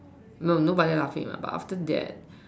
no nobody laughing err but after that